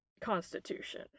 constitution